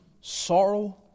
sorrow